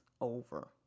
over